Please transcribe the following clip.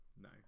no